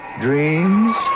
dreams